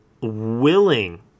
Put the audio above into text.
willing